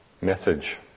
message